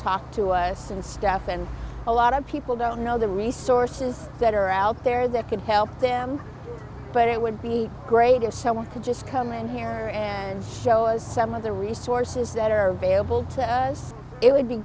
talk to us and staff and a lot of people don't know the resources that are out there that could help them but it would be great if someone could just come in here and show us some of the resources that are available to us it would be